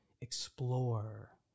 explore